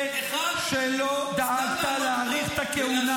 אחד --- זה שלא דאגת להאריך את הכהונה